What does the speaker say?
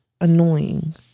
annoying